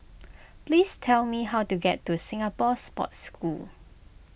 please tell me how to get to Singapore Sports School